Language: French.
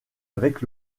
avec